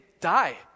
die